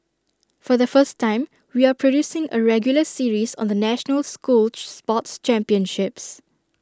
for the first time we are producing A regular series on the national school sports championships